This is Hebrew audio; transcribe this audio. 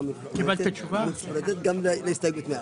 076001 --- למה לא מצביעים?